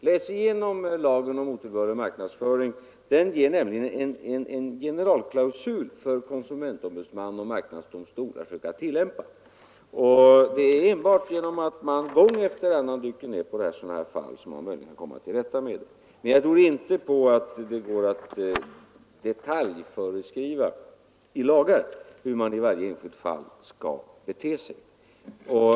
Läs igenom lagen om otillbörlig marknadsföring! Den ger nämligen en generalklausul som konsumentombudsmannen och marknadsdomstolen har att försöka tillämpa. Det är enbart genom att man gång efter annan dyker ned på sådana här fall som man kan komma till rätta med dem. Men jag tror inte på att det går att i lagar detaljföreskriva hur man i varje enskilt fall skall bete sig.